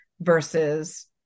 versus